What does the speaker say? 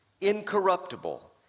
incorruptible